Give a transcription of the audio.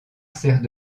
sert